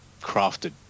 crafted